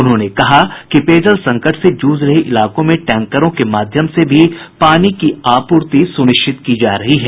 उन्होंने कहा कि पेयजल संकट से जूझ रहे इलाकों में टैंकरों के माध्यम से भी पानी की आपूर्ति सूनिश्चित की जा रही है